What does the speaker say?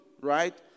Right